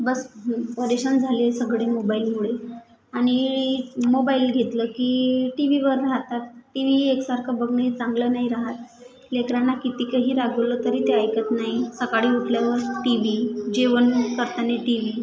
बस परेशान झाले आहे सगळे मोबाईलमुळे आणि मोबाईल घेतलं की टी व्हीवर राहतात टी व्ही एकसारखं बघणंही चांगलं नाही राहत लेकरांना कितीही रागवलं तरी ते ऐकत नाही सकाळी उठल्यावर टी व्ही जेवण करताना टी व्ही